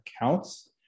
accounts